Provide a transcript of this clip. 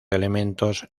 elementos